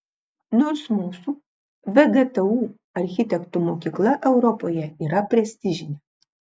nors mūsų vgtu architektų mokykla europoje yra prestižinė